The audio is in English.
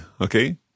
okay